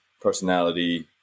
personality